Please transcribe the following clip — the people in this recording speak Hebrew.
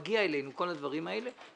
מגיעים אלינו כל הדברים אלה,